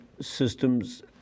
systems